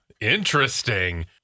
interesting